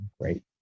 great